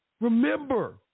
Remember